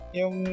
yung